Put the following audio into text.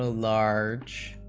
large